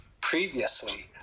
previously